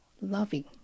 loving